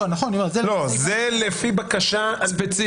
לא, זה לפני בקשה ספציפי.